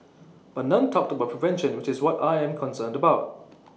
but none talked about prevention which is what I am concerned about